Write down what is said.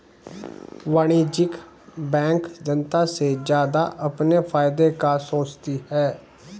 वाणिज्यिक बैंक जनता से ज्यादा अपने फायदे का सोचती है